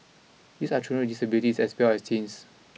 these are children disabilities as well as teens